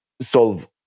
solve